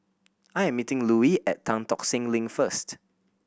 I am meeting Louie at Tan Tock Seng Link first